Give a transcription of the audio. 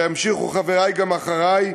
וימשיכו חברי גם אחרי,